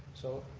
so,